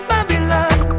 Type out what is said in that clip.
Babylon